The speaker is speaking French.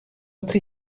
autre